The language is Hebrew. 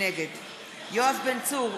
נגד יואב בן צור,